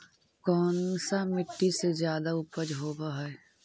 कोन सा मिट्टी मे ज्यादा उपज होबहय?